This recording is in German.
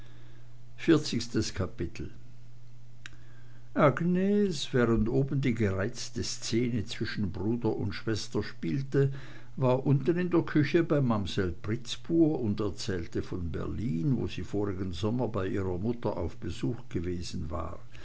vierzigstes kapitel agnes während oben die gereizte szene zwischen bruder und schwester spielte war unten in der küche bei mamsell pritzbur und erzählte von berlin wo sie vorigen sommer bei ihrer mutter auf besuch gewesen war